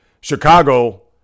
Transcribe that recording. Chicago